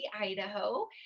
Idaho